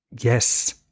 Yes